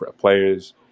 players